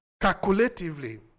calculatively